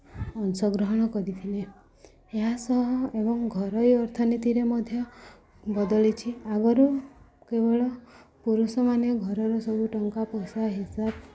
ଅଂଶଗ୍ରହଣ କରିଥିଲେ ଏହା ସହ ଏବଂ ଘରୋଇ ଅର୍ଥନୀତିରେ ମଧ୍ୟ ବଦଳିଛି ଆଗରୁ କେବଳ ପୁରୁଷମାନେ ଘରର ସବୁ ଟଙ୍କା ପଇସା ହିସାବ